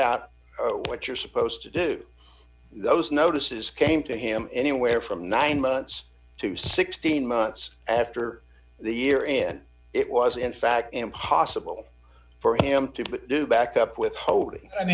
out what you're supposed to do those notices came to him anywhere from nine months to sixteen months after the year and it was in fact impossible for him to do back up with ho